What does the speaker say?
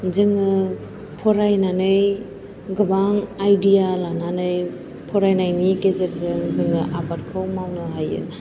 जोङो फरायनानै गोबां आइडिया लानानै फरायनायनि गेजेरजों जोङो आबादखौ मावनो हायो